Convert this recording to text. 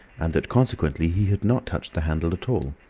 and that consequently he had not touched the handle at all.